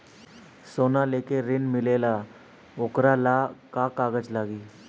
सोना लेके ऋण मिलेला वोकरा ला का कागज लागी?